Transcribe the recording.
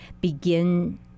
begin